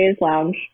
lounge